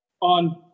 on